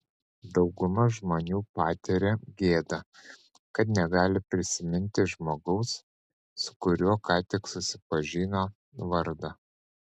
dauguma žmonių patiria gėdą kad negali prisiminti žmogaus su kuriuo ką tik susipažino vardo